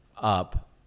up